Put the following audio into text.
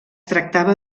tractava